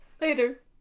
Later